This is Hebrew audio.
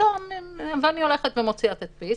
אני הולכת ומוציאה תדפיס,